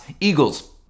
Eagles